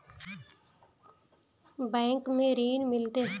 Bank में ऋण मिलते?